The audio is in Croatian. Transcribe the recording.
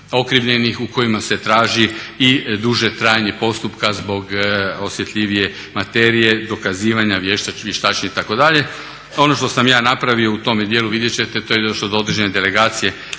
u kojima se traži i duže trajanje postupka zbog osjetljivije materije dokazivanja vještačenja itd. Ono što sam ja napravio u tome dijelu, vidjet ćete, to je došlo do određene delegacije